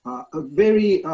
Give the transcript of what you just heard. a very,